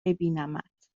ببینمت